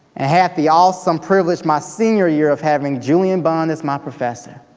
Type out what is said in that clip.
and had the awesome privilege my senior year of having julian bond as my professor.